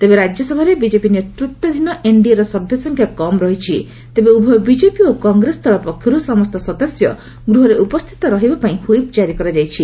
ତେବେ ରାଜ୍ୟସଭାରେ ବିଜେପି ନେତୃତ୍ୱାଧୀନ ଏନ୍ଡିଏ ର ସଭ୍ୟସଂଖ୍ୟା କମ୍ ରହିଛି ତେବେ ଉଭୟ ବିଜେପି ଓ କଂଗ୍ରେସ ଦଳ ପକ୍ଷରୁ ସମସ୍ତ ସଦସ୍ୟ ଗୃହରେ ଉପସ୍ଥିତ ରହିବା ପାଇଁ ହୁଇପ୍ ଜାରି କରାଯାଇଛି